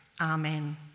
Amen